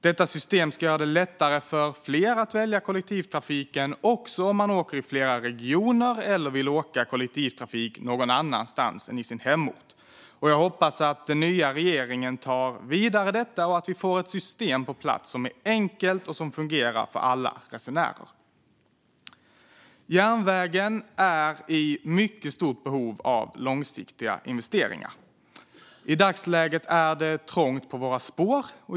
Detta system ska göra det lättare för fler att välja kollektivtrafiken, också om man åker i flera regioner eller vill åka kollektivtrafik någon annanstans än i sin hemort. Jag hoppas att den nya regeringen tar detta vidare och att vi får ett system på plats som är enkelt och som fungerar för alla resenärer. Järnvägen är i mycket stort behov av långsiktiga investeringar. I dagsläget är det trångt på våra spår.